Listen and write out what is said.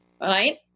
right